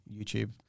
YouTube